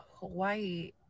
Hawaii